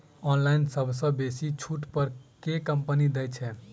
Online सबसँ बेसी छुट पर केँ कंपनी दइ छै?